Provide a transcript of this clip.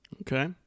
Okay